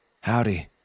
Howdy